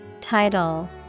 Title